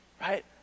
right